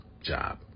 job